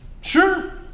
sure